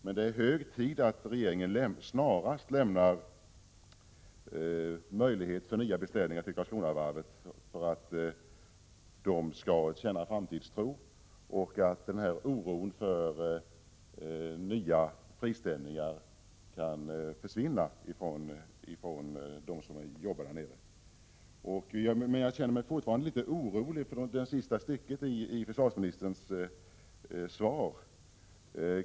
Men det är hög tid att regeringen snarast skapar möjligheter för nya beställningar till Karlskronavarvet, så att man där kan känna framtidstro och så att de som arbetar där kan upphöra att känna oro för nya friställningar. Men jag känner mig fortfarande litet orolig över det sista stycket i försvarsministerns svar.